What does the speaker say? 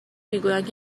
میگویند